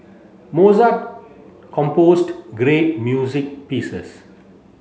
Mozart composed great music pieces